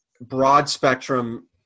broad-spectrum